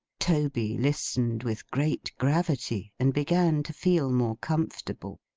toby listened with great gravity, and began to feel more comfortable.